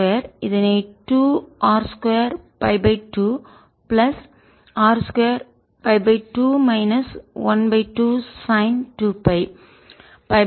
இதனை 2R 2 π 2 plus R 2 π 2 minus 1 2 sine 2Φ